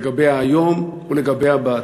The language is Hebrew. לגביה היום ולגביה בעתיד.